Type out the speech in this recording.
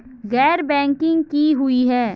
गैर बैंकिंग की हुई है?